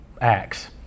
Acts